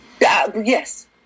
Yes